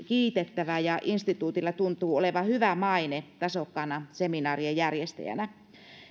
kiitettävä ja instituutilla tuntuu olevan hyvä maine tasokkaana seminaarien järjestäjänä